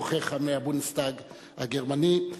אורחיך מהבונדסטאג הגרמני,